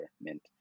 mint